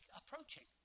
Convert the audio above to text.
approaching